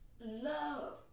love